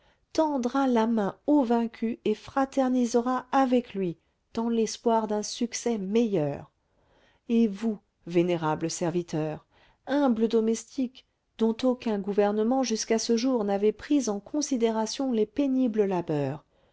tendra la main au vaincu et fraternisera avec lui dans l'espoir d'un succès meilleur et vous vénérables serviteurs humbles domestiques dont aucun gouvernement jusqu'à ce jour n'avait pris en considération les pénibles labeurs